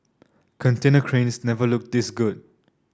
container cranes never looked this good